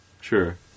Sure